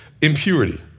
impurity